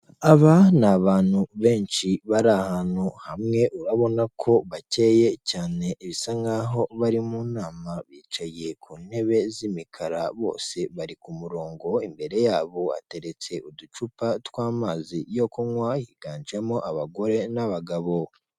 Aba ni abantu benshi bari ahantu hamwe urabona ko bakeye cyane bisa nkaho bari mu nama, bicaye ku ntebe z'imikara bose bari ku murongo, imbere yabo hateretse uducupa tw'amazi yo kunywa higanjemo abagore n'abagabo.